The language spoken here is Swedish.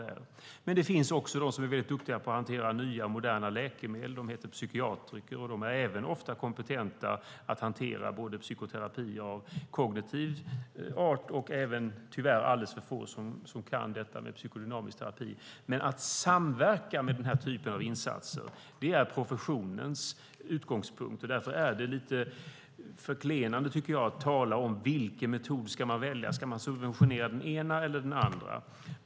Det finns också de som är mycket duktiga på att hantera nya, moderna läkemedel. De heter psykiatriker, och de är ofta kompetenta att även hantera psykoterapi av kognitiv art, men tyvärr är det alldeles för få som kan detta med psykodynamisk terapi. Men att samverka med den typen av insatser är professionens utgångspunkt. Därför är det lite förklenande, tycker jag, att prata om vilken metod man ska välja, om man ska subventionera den ena eller den andra.